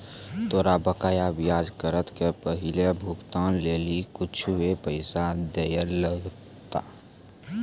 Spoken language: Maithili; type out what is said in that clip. तोरा बकाया ब्याज रकम के पहिलो भुगतान लेली कुछुए पैसा दैयल लगथा